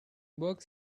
bucks